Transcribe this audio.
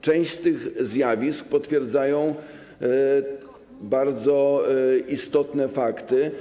Część z tych zjawisk potwierdzają bardzo istotne fakty.